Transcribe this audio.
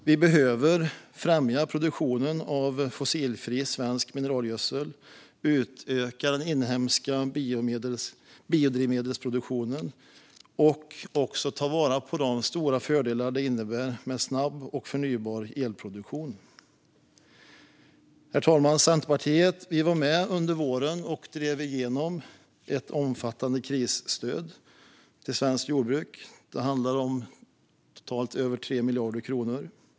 Vi behöver främja produktionen av fossilfri svensk mineralgödsel, utöka den inhemska biodrivmedelsproduktionen och ta vara på de stora fördelar som det innebär med snabb och förnybar elproduktion. Herr talman! Vi i Centerpartiet var under våren med och drev igenom ett omfattande krisstöd till svenskt jordbruk - totalt handlade det om över 3 miljarder kronor.